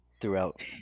throughout